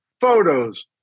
photos